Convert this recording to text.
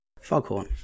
Foghorn